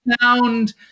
sound